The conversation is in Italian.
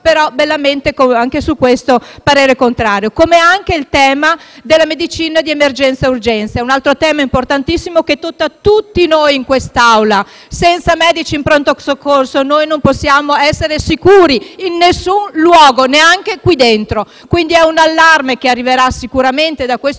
bellamente, è stato dato parere contrario. Anche quello della medicina di emergenza-urgenza è un tema importantissimo, che tocca tutti noi in quest'Aula: senza medici in pronto soccorso noi non possiamo essere sicuri in nessun luogo, neanche qui dentro. È un allarme che arriverà sicuramente da questo